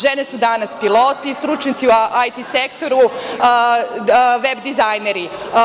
Žene su danas piloti, stručnjaci u IT sektoru, VEB dizajneri.